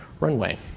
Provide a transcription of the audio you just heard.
runway